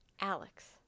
Alex